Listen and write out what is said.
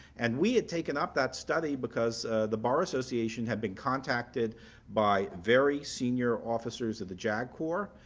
and we had taken up that study because the bar association had been contacted by very senior officers of the jag corps,